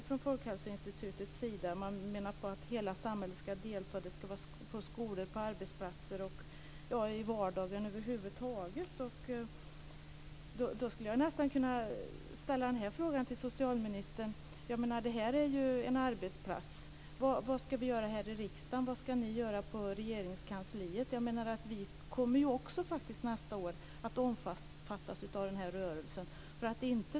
Man vill att hela samhället ska delta, skolor, arbetsplatser och i vardagen över huvud taget. Då vill jag ställa den här frågan till socialministern: Detta är ju en arbetsplats. Vad ska vi här i riksdagen göra? Vad ska ni i Regeringskansliet göra? Vi kommer också att omfattas av den här rörelsen nästa år.